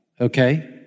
okay